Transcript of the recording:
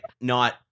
not-